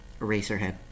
Eraserhead